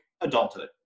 adulthood